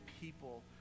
people